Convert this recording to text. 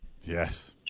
Yes